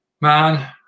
man